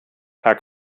herr